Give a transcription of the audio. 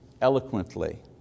eloquently